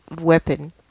weapon